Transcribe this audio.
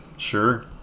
sure